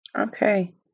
okay